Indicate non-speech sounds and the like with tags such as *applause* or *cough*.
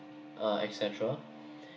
uh etcetera *breath*